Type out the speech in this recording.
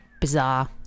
bizarre